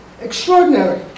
Extraordinary